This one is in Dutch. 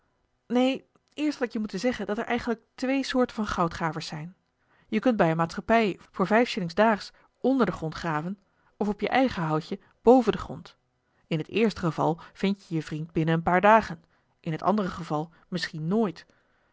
neen eerst had ik je moeten zeggen dat er eigenlijk twee eli heimans willem roda soorten van goudgravers zijn je kunt bij eene maatschappij voor vijf shillings daags onder den grond graven of op je eigen houtje boven den grond in het eerste geval vindt je je vriend binnen een paar dagen in het andere geval misschien nooit